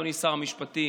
אדוני שר המשפטים,